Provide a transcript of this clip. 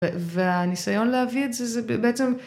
והניסיון להביא את זה זה בעצם